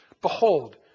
Behold